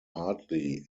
hardly